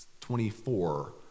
twenty-four